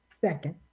Second